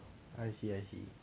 I see I see